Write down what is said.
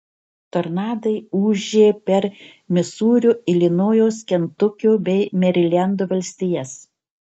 tornadai ūžė per misūrio ilinojaus kentukio bei merilendo valstijas